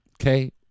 Okay